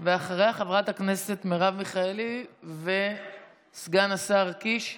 ואחריה, חברת הכנסת מרב מיכאלי וסגן השר קיש.